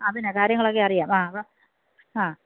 ആ പിന്നെ കാര്യങ്ങളൊക്കെ അറിയാം ആ അപ്പോൾ ആ